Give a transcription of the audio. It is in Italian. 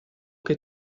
che